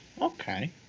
Okay